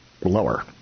lower